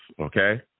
okay